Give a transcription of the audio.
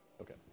Okay